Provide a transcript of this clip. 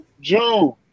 June